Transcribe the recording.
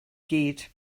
gyd